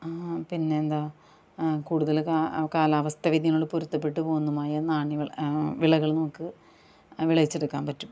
പിന്നെന്താ കൂടുതൽ കാ കാലാവസ്ഥവ്യെതിയാനങ്ങളോട് പൊരുത്തപ്പെട്ടു പോകുന്നതുമായ നാണ്യവിളകൾ വിളകൾ നമുക്ക് വിളയിച്ചെടുക്കാന് പറ്റും